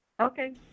Okay